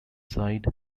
side